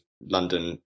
London